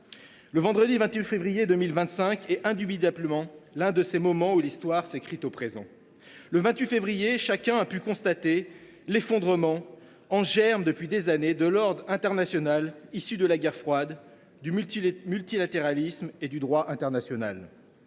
Le vendredi 28 février 2025 est indubitablement un de ces moments où l’Histoire s’écrit au présent. Le 28 février dernier, chacun a pu constater l’effondrement, en germe depuis des années, de l’ordre international issu de la guerre froide, du multilatéralisme et du droit international.